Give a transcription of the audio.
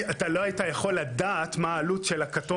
אתה לא היית יכול לדעת מה העלות של הכתום